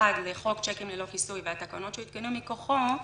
והתקנות שיותקנו מכוחו,